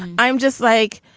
i'm just like,